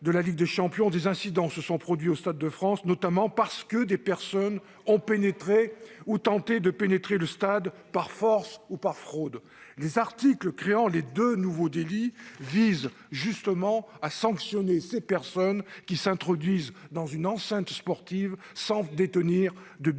des incidents se sont produits au Stade de France, notamment parce que des personnes ont pénétré ou ont tenté de pénétrer dans le stade par force ou par fraude. L'article 12 de ce texte, créant les deux nouveaux délits, vise précisément à sanctionner ces personnes qui s'introduisent dans une enceinte sportive sans détenir de billet